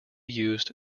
used